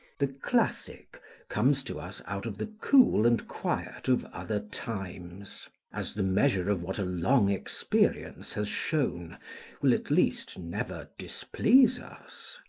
the classic comes to us out of the cool and quiet of other times as the measure of what a long experience has shown will at least never displease us.